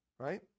Right